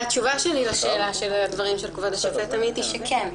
התשובה שלי בעקבות הדברים של כבוד השופט עמית היא שכן,